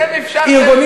אתם אפשרתם, הארגונים